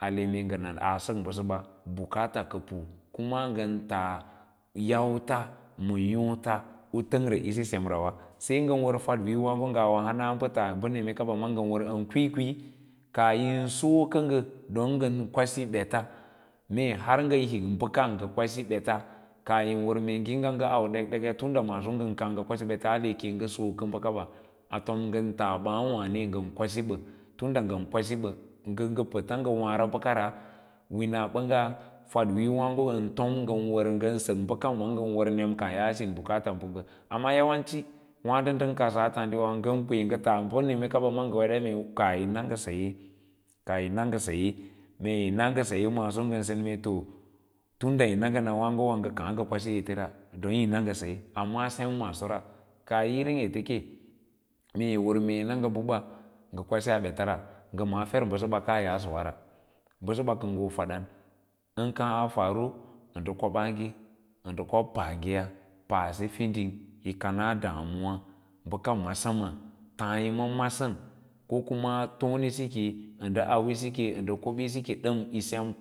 a mee nga nan aa sak bəgəba bukats ka pulu kuna nga tas yats ma yoots u təngre isi sem rawa sai ngan war fad wiiyo waàgo ngaa hana a ba taa newa kanaga war an kwiikwii kaah yin sokə ngə don ngən kwasi bats mee har ngan hik bəka ngə kwasi bets kaah yiw war ngiiga nga au dek dekya tinda maaso ngan kas kwasi bets ate kiyi nga sokə bəkaba atom ngan tas baà wààn ngan kwasi bə tunda ngan kwasi ɓan ngə pets nga waara bakara winabanga fadwriyaa waâgo antom ban wa ngan sək baka maa ngan sək bəka maa ngən war nem kaahya sim buka tan punga amma yawanci waado ndan kadsa taadiwawa nga kwe ngatas ba ma nema kaba nga wed kaah tina na nga saye kaah yi na nga saye mee to tun da yi na nga ngan sen mee to hur da yi na ngan maaga nga kaa ngə kwsi ete ra don yi na ngən saye amma sem maasora kaah yi irim ete ƙe meeyiwatr ngan yi na nga bəkan nga kwasaa betarra nga mala fev bəsəsa kaa yansawa ra basaba kəngə hoo fadan an kaa a faru ə ndə koɓaage a nda kob paageya paase fiding yi kanaa damuwa bəka ma ma taa yama masan ko kuma tonesi ke a nda auweso ke ƙobisike dəmyi sem